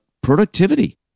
productivity